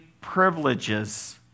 privileges